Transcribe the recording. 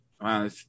wow